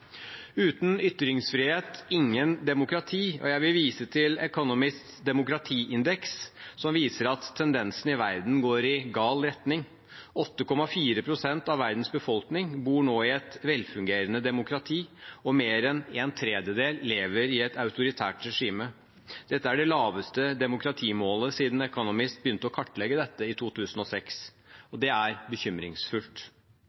Uten ytringsfrihet, intet demokrati. Jeg vil vise til The Economists demokratiindeks, som viser at tendensen i verden går i gal retning. 8,4 pst. av verdens befolkning bor nå i et velfungerende demokrati, og mer enn en tredjedel lever i et autoritært regime. Dette er det laveste demokratimålet siden The Economist begynte å kartlegge dette i 2006,